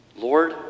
Lord